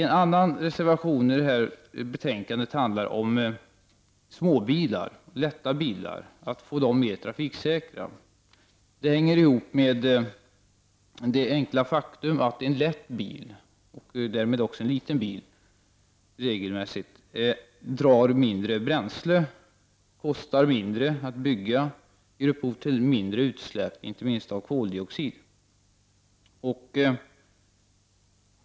En annan reservation handlar om att man skall försöka få lätta bilar, småbilar, trafiksäkrare. Faktum är ju att en lätt bil, och därmed också en liten bil, regelmässigt drar mindre bränsle, kostar mindre att bygga och ger upphov till mindre utsläpp, inte minst av koldioxid.